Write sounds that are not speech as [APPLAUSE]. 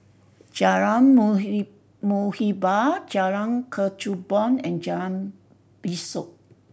Jalan [UNINTELLIGIBLE] Muhibbah Jalan Kechubong and Jalan Besut